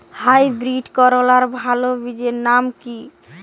Hybrid করলার ভালো বীজের নাম কি?